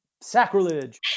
sacrilege